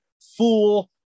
fool